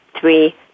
three